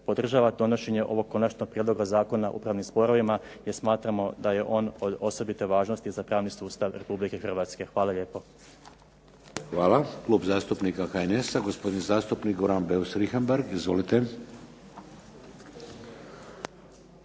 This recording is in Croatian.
podržava donošenje ovog konačnog prijedloga Zakona o upravnim sporovima jer smatramo da je on od osobite važnosti za pravni sustav RH. Hvala lijepo. **Šeks, Vladimir (HDZ)** Hvala. Klub zastupnika HNS-a, gospodin zastupnik Goran Beus Richembergh. Izvolite.